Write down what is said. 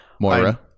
Moira